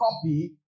copy